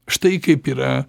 štai kaip yra